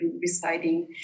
residing